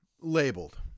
labeled